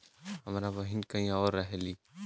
हमार बहिन कहीं और रहेली